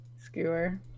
Skewer